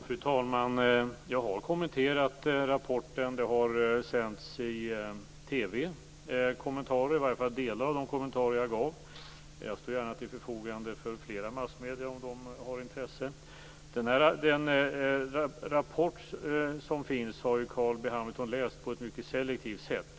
Fru talman! Jag har kommenterat rapporten. Kommentarer har sänts i TV, i alla fall delar av de kommentarer jag gav. Jag står gärna till förfogande för fler massmedier, om de har intresse. Den rapport som finns har Carl B Hamilton läst på ett mycket selektivt sätt.